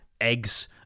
eggs